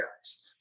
guys